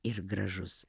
ir gražus